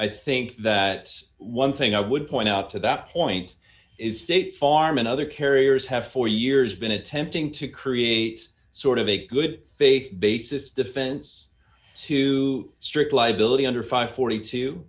i think that one thing i would point out to that point is state farm and other carriers have for years been attempting to create sort of a good faith basis defense to strict liability under five